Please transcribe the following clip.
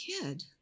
kid